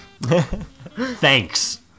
Thanks